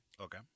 Okay